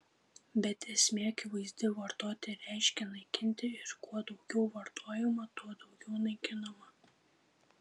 bet esmė akivaizdi vartoti reiškia naikinti ir kuo daugiau vartojama tuo daugiau naikinama